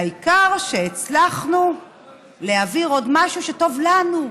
העיקר שהצלחנו להעביר עוד משהו שטוב לנו,